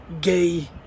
gay